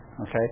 Okay